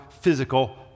physical